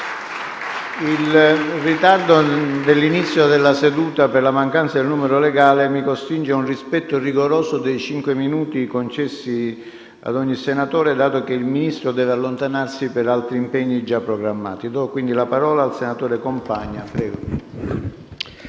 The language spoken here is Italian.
Il ritardo nell'inizio della seduta per la mancanza del numero legale mi costringe ad un rispetto rigoroso dei cinque minuti concessi ad ogni senatore, dato che il Ministro deve allontanarsi per altri impegni già programmati. Dichiaro aperta la